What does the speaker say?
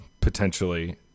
potentially